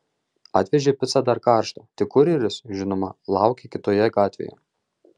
atvežė picą dar karštą tik kurjeris žinoma laukė kitoje gatvėje